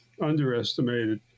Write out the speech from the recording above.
underestimated